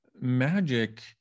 magic